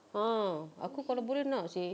a'ah aku kalau boleh nak seh